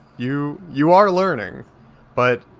you you are learning but